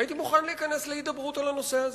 הייתי מוכן להיכנס להידברות על הנושא הזה,